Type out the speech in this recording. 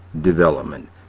development